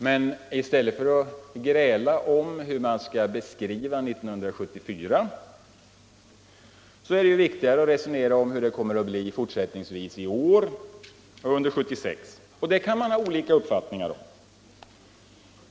Men i stället för att gräla om beskrivningen av 1974 är det viktigt att resonera om hur det kommer att bli fortsättningsvis i år och under 1976. Det kan man ha olika uppfattningar om.